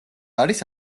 არის